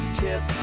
tip